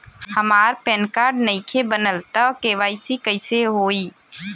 हमार PAN card नईखे बनल त के.वाइ.सी कइसे होई?